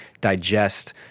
digest